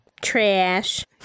Trash